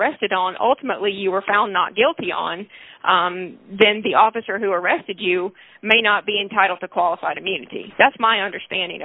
arrested on ultimately you were found not guilty on then the officer who arrested you may not be entitled to qualified immunity that's my understanding